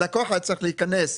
הלקוח היה צריך להיכנס,